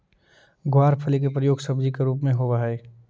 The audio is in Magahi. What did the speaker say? गवारफली के प्रयोग सब्जी के रूप में होवऽ हइ